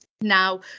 Now